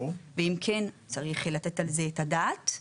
ואם כן, צריך לתת על זה את הדעת.